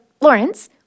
Lawrence